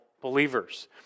believers